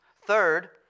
Third